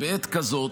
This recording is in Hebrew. שבעת כזאת,